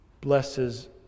blesses